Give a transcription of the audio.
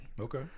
okay